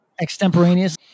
extemporaneous